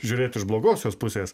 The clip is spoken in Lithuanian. žiūrėt iš blogosios pusės